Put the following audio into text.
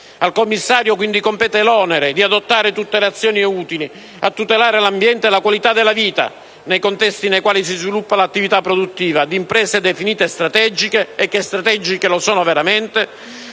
Al commissario compete l'onere di adottare tutte le azioni utili a tutelare l'ambiente e la qualità della vita nei contesti nei quali si sviluppa l'attività produttiva di imprese definite strategiche e che, strategiche, lo sono veramente,